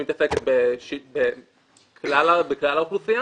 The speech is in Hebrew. מי שמתעסקת בכלל האוכלוסייה.